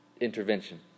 Intervention